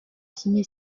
signer